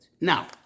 Now